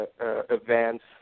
events